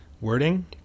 wording